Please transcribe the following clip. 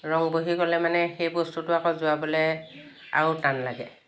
ৰং বহি গ'লে মানে সেই বস্তুটো আকৌ জোৰাবলৈ আৰু টান লাগে